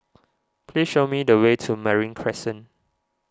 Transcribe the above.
please show me the way to Marine Crescent